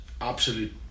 absolute